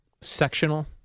sectional